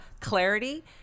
clarity